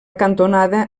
cantonada